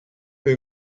who